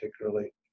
particularly